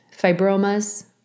fibromas